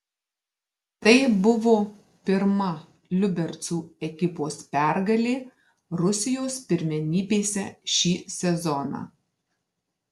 tai buvo pirma liubercų ekipos pergalė rusijos pirmenybėse šį sezoną